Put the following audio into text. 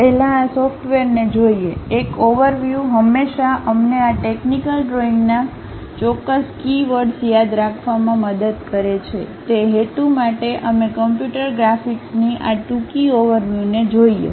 પહેલાં આ સોફ્ટવેરને જોઈએ એક ઓવરવ્યુ હંમેશાં અમને આ ટેકનિકલ ડ્રોઈંગના ચોક્કસ કી વર્ડ્સ યાદ રાખવામાં મદદ કરે છે તે હેતુ માટે અમે કમ્પ્યુટર ગ્રાફિક્સની આ ટૂંકી ઓવરવ્યુને જોઈએ